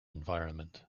environment